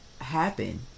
happen